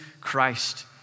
Christ